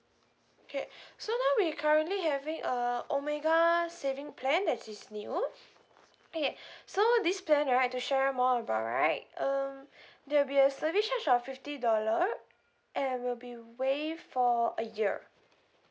okay so now we currently having uh omega saving plan that is new ya so this plan right to share more about right um there will be a service charge of fifty dollar and will be waived for a year